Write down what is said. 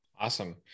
awesome